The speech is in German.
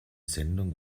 sendung